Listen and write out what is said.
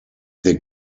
der